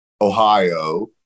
Ohio